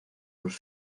los